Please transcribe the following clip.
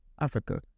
Africa